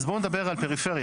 אוקיי, אז בואו נדבר על פריפריה.